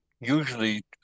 usually